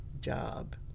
job